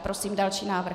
Prosím o další návrh.